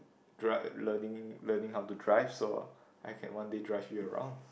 dr~ learning learning how to drive so I can one day drive you around